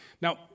Now